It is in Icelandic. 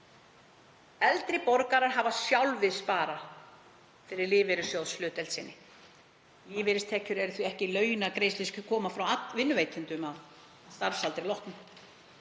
Eldri borgarar hafa sjálfir sparað fyrir lífeyrissjóðshlutdeild sinni. Lífeyristekjur eru ekki launagreiðslur sem koma frá vinnuveitendum að starfsaldri loknum.